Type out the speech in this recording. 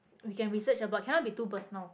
we can research about cannot be too personal